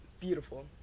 beautiful